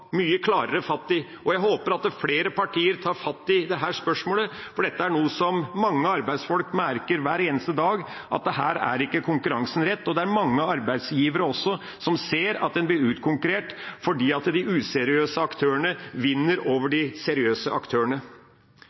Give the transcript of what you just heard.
mye klarere fatt i, og jeg håper at flere partier tar fatt i dette spørsmålet, for dette er noe som mange arbeidsfolk merker hver eneste dag, at her er ikke konkurransen rett. Det er også mange arbeidsgivere som ser at en blir utkonkurrert fordi de useriøse aktørene vinner over de seriøse aktørene.